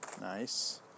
Nice